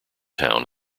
town